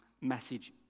message